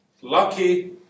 Lucky